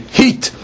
heat